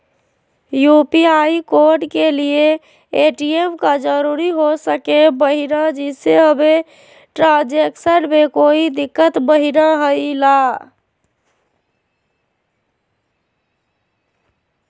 UPI code के लिए ATM का जरूरी हो सके महिना जिससे हमें ट्रांजैक्शन में कोई दिक्कत महिना हुई ला?